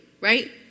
right